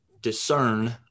Discern